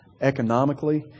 economically